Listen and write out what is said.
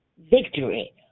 victory